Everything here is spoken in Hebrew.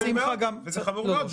זה חמור מאוד.